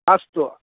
अस्तु